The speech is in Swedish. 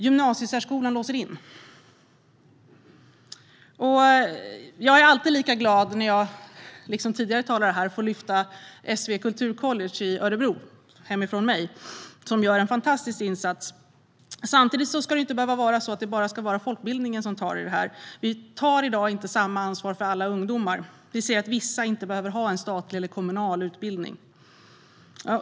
Gymnasiesärskolan låser in elever. Jag är alltid lika glad när jag, som tidigare talare här, får lyfta SV Kulturcollege hemma i Örebro. De gör en fantastisk insats. Samtidigt ska det inte behöva vara så att det bara är folkbildningen som tar i det här. Vi tar i dag inte samma ansvar för alla ungdomar. Vi säger att vissa inte behöver ha en statlig eller kommunal utbildning.